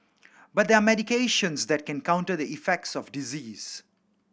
but there are medications that can counter the effects of disease